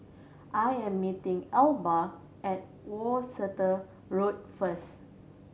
I am meeting Elba at Worcester Road first